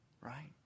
Right